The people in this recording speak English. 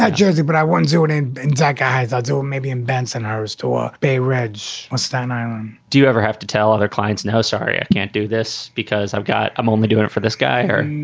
jersey. but i won zoning. jack, guys. i do. maybe in benson iris towalk bay ridge on staten island do you ever have to tell other clients? no. sorry, i can't do this because i've got. i'm only doing it for this guy here.